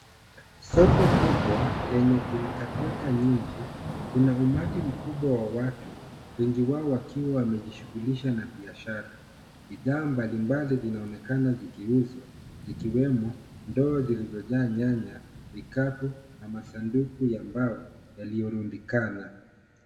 Soko kubwa, lenye pilka pilka nyingi. Kuna umati mkubwa wa watu, wengi wao wakiwa wamejishughulisha na biashara. Bidhaa mbalimbali zinaonekana zikiuzwa zikiwemo ndoo zilizojaa nyanya, vikapu na masanduku ya mbao yaliyorundikana.